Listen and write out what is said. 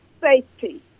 safety